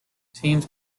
teams